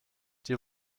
die